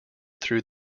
through